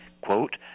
quote